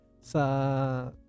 sa